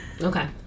okay